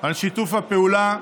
על שיתוף הפעולה.